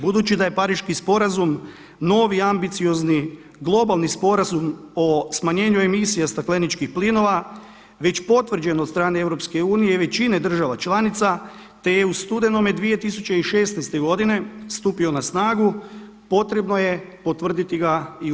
Budući da je Pariški sporazum novi ambiciozni globalni sporazum o smanjenju emisija stakleničkih plinova već potvrđen od strane EU i većine država članica, te je u studenome 2016. godine stupio na snagu potrebno je potvrditi ga i u RH.